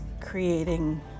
creating